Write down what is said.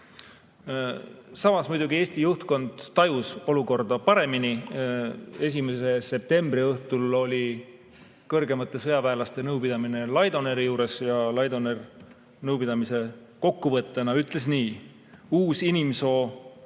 Samas muidugi, Eesti juhtkond tajus olukorda paremini. 1. septembri õhtul oli kõrgemate sõjaväelaste nõupidamine Laidoneri juures ja Laidoner ütles nõupidamise kokkuvõttena nii: "Uus inimsoo